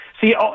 See